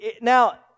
now